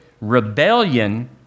rebellion